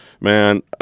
man